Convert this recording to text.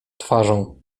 twarzą